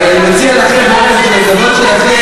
אני מציע לכם בזמן שלכם,